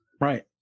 right